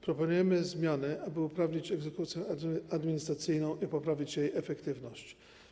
Proponujemy zmiany, aby usprawnić egzekucję administracyjną i poprawić jej efektywność.